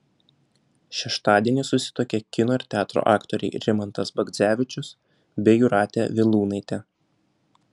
šeštadienį susituokė kino ir teatro aktoriai rimantas bagdzevičius bei jūratė vilūnaitė